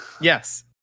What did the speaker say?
Yes